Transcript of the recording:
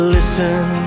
Listen